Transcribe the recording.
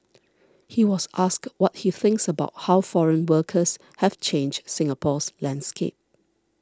he was asked what he thinks about how foreign workers have changed Singapore's landscape